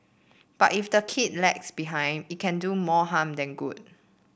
but if the kid lags behind it can do more harm than good